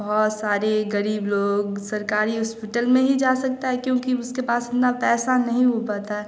बहुत सारे गरीब लोग सरकारी हॉस्पिटल में ही जा सकता है क्योंकि उसके पास इतना पैसा नहीं हो पाता है